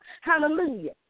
Hallelujah